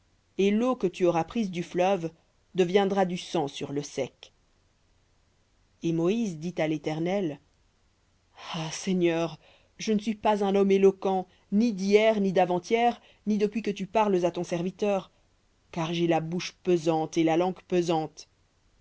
et l'eau que tu auras prise du fleuve deviendra du sang sur le sec et moïse dit à l'éternel ah seigneur je ne suis pas un homme éloquent ni d'hier ni d'avant-hier ni depuis que tu parles à ton serviteur car j'ai la bouche pesante et la langue pesante